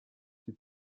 die